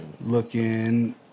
looking